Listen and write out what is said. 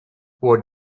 what